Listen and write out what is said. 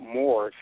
more